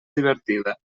divertida